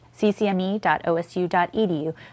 ccme.osu.edu